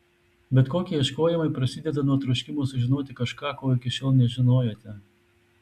bet kokie ieškojimai prasideda nuo troškimo sužinoti kažką ko iki šiol nežinojote